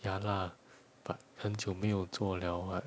ya lah but 很久没有做 liao what